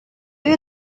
you